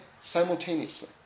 Simultaneously